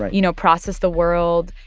ah you know, process the world.